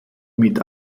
mit